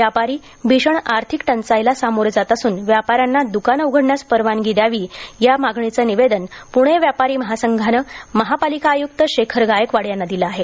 व्यापारी भीषण अर्थिक टंचाईला सामोरे जात असून व्यापाऱ्यांना दुकाने उघडण्यास परवानगी द्यावी या मागणीचे निवेदन पुणे व्यापारी महासंघाने महापालिका आयुक्त शेखर गायकवाड यांना दिले आहे